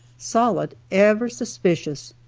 sollitt, ever suspicious,